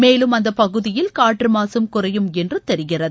மேலும் அந்த பகுதியில் காற்று மாசும் குறையும் என்று தெரிகிறது